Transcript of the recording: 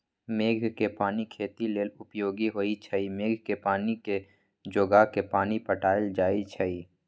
मेघ कें पानी खेती लेल उपयोगी होइ छइ मेघ के पानी के जोगा के पानि पटायल जाइ छइ